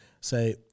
say